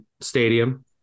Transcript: Stadium